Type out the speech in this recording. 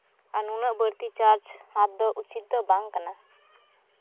ᱟᱨ ᱱᱩᱱᱟᱹᱜ ᱵᱟᱹᱲᱛᱤ ᱪᱟᱨᱡᱽ ᱦᱟᱛ ᱫᱚ ᱩᱪᱤᱛ ᱫᱚ ᱵᱟᱝ ᱠᱟᱱᱟ